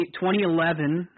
2011